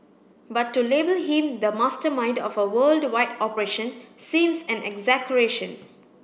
but to label him the mastermind of a worldwide operation seems an exaggeration